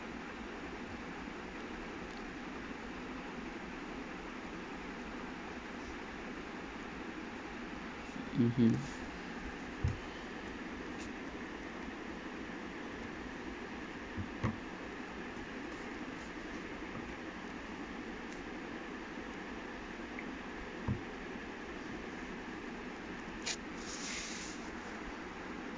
mmhmm